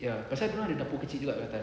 ya pasal dorang ada dapur kecil juga kat atas